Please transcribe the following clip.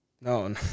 No